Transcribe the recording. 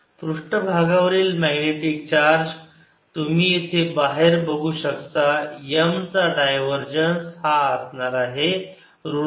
पृष्ठभागावरील magnetic charge तुम्ही इथे बाहेर बघू शकता M चा डायवरजन्स हा असणार आहे ऋण M